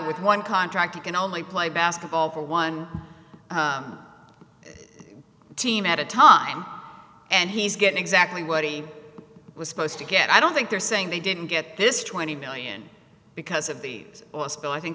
with one contractor can only play basketball for one team at a time and he's get exactly what he was supposed to get i don't think they're saying they didn't get this twenty million because of the oil spill i think